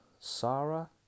Sarah